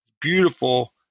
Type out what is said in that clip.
Beautiful